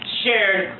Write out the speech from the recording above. shared